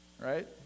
Right